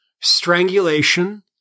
strangulation